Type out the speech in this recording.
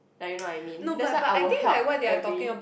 like you know I mean that's why I will help every